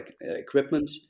equipment